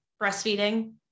breastfeeding